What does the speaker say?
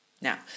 Now